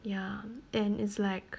ya and it's like